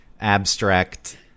abstract